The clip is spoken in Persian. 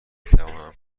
توانم